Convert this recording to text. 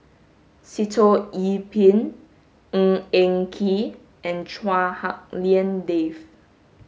Sitoh Yih Pin Ng Eng Kee and Chua Hak Lien Dave